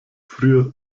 früher